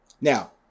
Now